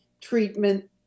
treatment